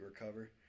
recover